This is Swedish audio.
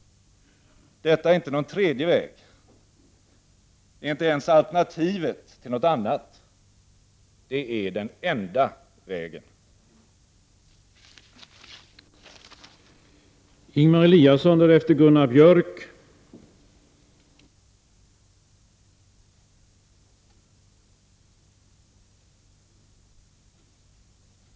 Detta är inte någon tredje väg. Detta är inte ens alternativet till något annat. Det är den enda vägen.